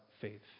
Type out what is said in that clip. faith